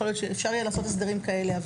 יכול להיות שאפשר יהיה לעשות הסדרים כאלה.